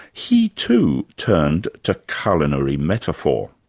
he too turned to culinary metaphor.